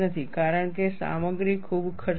કારણ કે સામગ્રી ખૂબ ખર્ચાળ છે